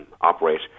operate